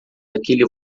daquele